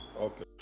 Okay